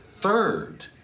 Third